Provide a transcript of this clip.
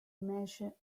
measure